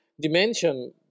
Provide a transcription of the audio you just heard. dimension